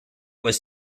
was